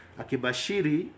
akibashiri